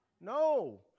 No